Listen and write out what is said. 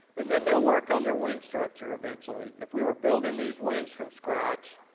and then they'll work on their wing structure eventually. if we were building these wings from scratch,